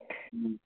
ठीक